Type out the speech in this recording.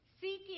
seeking